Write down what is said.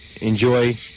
enjoy